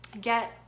get